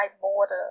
border